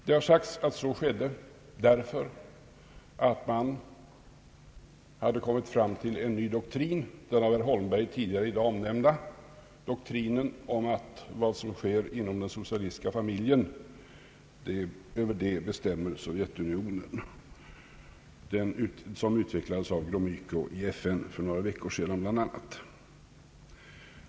Det har sagts att man hade kommit fram till en ny doktrin, den som herr Holmberg omnämnt tidigare i dag, doktrinen om att vad som sker inom den socialistiska familjen bestämmer Sovjetunionen över. Den utvecklades bl.a. av Gromyko i FN för några veckor sedan.